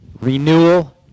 renewal